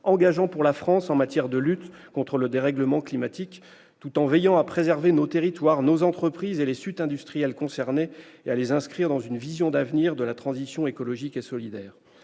engageant pour la France en matière de lutte contre le dérèglement climatique, tout en veillant à préserver nos territoires, nos entreprises et les sites industriels concernés et à les inscrire dans une vision d'avenir de la transition écologique et solidaire.